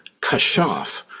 kashaf